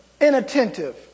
inattentive